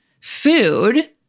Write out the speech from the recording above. food